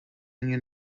ani